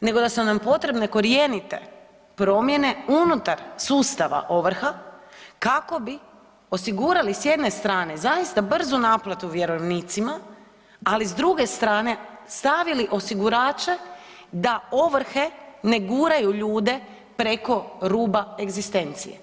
nego da su nam potrebne korijenite promjene unutar sustava ovrha kako bi osigurali s jedne strane zaista brzu naplatu vjerovnicima, ali s druge strane stavili osigurače da ovrhe ne guraju ljude preko ruba egzistencije.